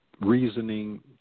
reasoning